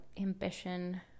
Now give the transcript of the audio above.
ambition